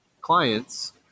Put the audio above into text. clients